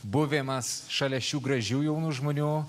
buvimas šalia šių gražių jaunų žmonių